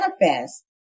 manifest